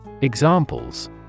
Examples